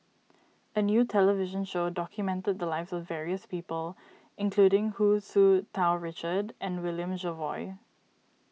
a new television show documented the lives of various people including Hu Tsu Tau Richard and William Jervois